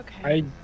Okay